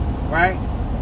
right